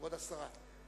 כבוד השרה, בבקשה.